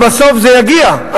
אבל בסוף זה יגיע.